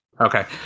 Okay